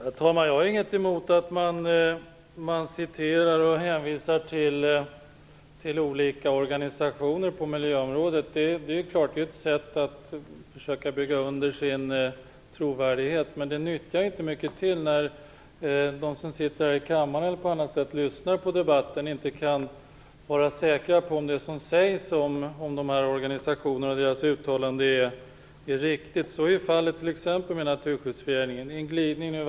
Herr talman! Jag har inget emot att man hänvisar till olika organisationer på miljöområdet. Det är ett sätt att försöka bygga under sin trovärdighet. Men det nyttar inte mycket till när de som sitter här i kammaren och andra som lyssnar på debatten inte kan vara säkra på om det som sägs om dessa organisationer och deras uttalanden är riktigt. Så är t.ex. fallet med Naturskyddsföreningen. Det var en glidning där.